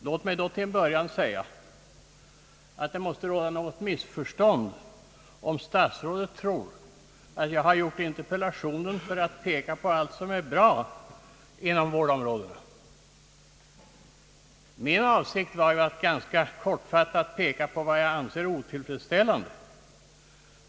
Låt mig då till en början säga att det måste råda något missförstånd om statsrådet tror, att jag har framställt interpellationen för att peka på allt som är bra inom vårdområdet. Min avsikt var ju att ganska kortfattat peka på vad jag finner otillfredsställande.